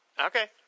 Okay